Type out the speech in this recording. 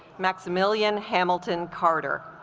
maximilian hamilton carter